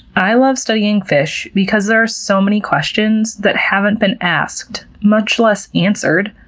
i love studying fish because there are so many questions that haven't been asked, much less answered.